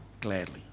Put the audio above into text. gladly